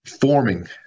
forming